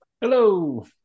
Hello